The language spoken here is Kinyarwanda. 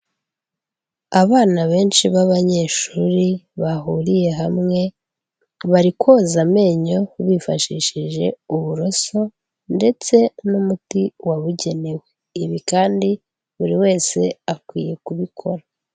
Abana benshi b'abanyeshuri bahuriye hamwe, bari koza amenyo bifashishije uburoso ndetse n'umuti wabugenewe. Ibi kandi buri wese akwiye kubikora.